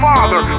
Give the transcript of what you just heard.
Father